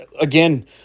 again